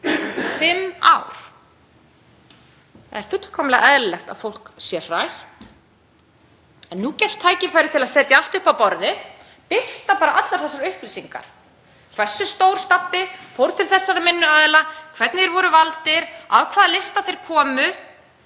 fimm ár. Það er fullkomlega eðlilegt að fólk sé hrætt en nú gefst tækifæri til að setja allt upp á borðið, birta bara allar þessar upplýsingar. Hversu stór stabbi fór til þessara minni aðila, hvernig þeir voru valdir, af hvaða lista þeir komu,